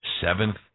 seventh